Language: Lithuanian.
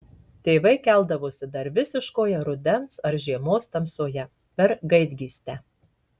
tėvai keldavosi dar visiškoje rudens ar žiemos tamsoje per gaidgystę